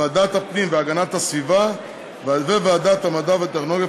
ועדת הפנים והגנת הסביבה וועדת המדע והטכנולוגיה,